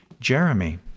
Jeremy